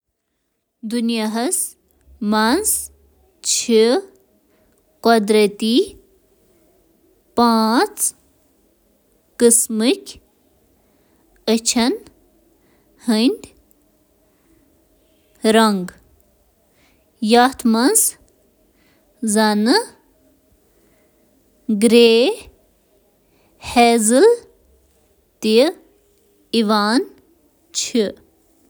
أچھن ہٕنٛدۍ شےٚ اَہَم رنگ چھِ امبر، نیوٗل، براؤن، گرے، سبٕز تہٕ ہیزل، تہٕ واریاہ مُختٔلِف رنگ تہٕ رنٛگٕکۍ نمونہٕ چھِ مُمکِن۔